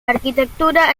arquitectura